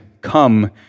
come